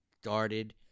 started